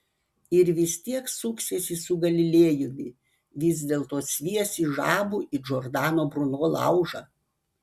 ir vis tiek suksiesi su galilėjumi vis dėlto sviesi žabų į džordano bruno laužą